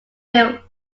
bill